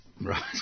Right